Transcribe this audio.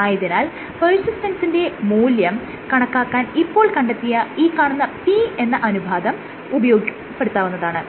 ആയതിനാൽ പെർസിസ്റ്റൻസിന്റെ മൂല്യം കണക്കാക്കാൻ ഇപ്പോൾ കണ്ടെത്തിയ ഈ കാണുന്ന P എന്ന അനുപാതം ഉപയോഗപ്പെടുത്താവുന്നതാണ്